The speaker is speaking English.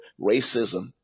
racism